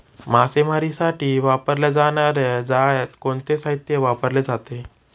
मासेमारीसाठी वापरल्या जाणार्या जाळ्यात कोणते साहित्य वापरले जाते?